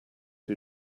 who